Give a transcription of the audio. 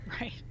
Right